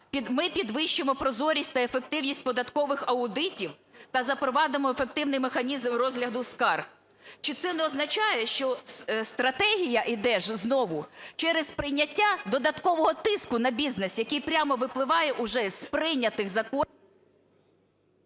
ми підвищимо прозорість та ефективність податкових аудитів та запровадимо ефективний механізм розгляду скарг. Чи це не означає, що стратегія іде ж знову через прийняття додаткового тиску на бізнес, який прямо випливає уже з прийнятих законів…